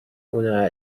una